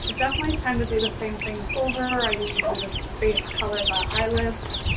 definitely tend to do the same things over. i usually just base color the eyelids,